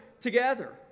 together